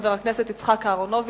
חבר הכנסת יצחק אהרונוביץ.